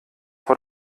vor